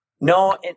No